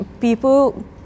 people